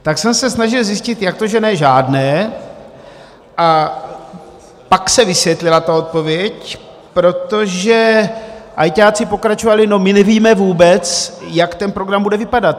Tak jsem se snažil zjistit, jak to, že žádné, a pak se vysvětlila ta odpověď, protože ajťáci pokračovali: My nevíme vůbec, jak ten program bude vypadat.